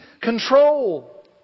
control